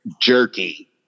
jerky